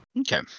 Okay